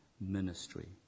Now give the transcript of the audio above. ministry